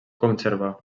conservar